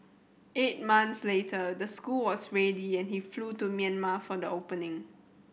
eight months later the school was ready and he flew to Myanmar for the opening